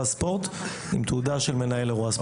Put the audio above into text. ספורט עם תעודה של מנהל אירוע ספורט.